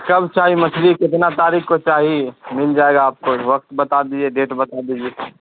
کب چاہی مچھلی کتنا تاریخ کو چاہی مل جائے گا آپ کو وقت بتا دیجیے ڈیٹ بتا دیجیے